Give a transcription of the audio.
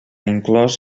inclòs